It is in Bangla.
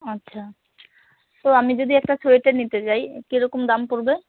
আচ্ছা তো আমি যদি একটা সোয়েটার নিতে চাই কীরকম দাম পড়বে